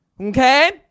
okay